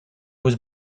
was